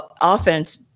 offense